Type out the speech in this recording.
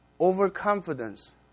overconfidence